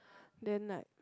then like